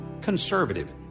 conservative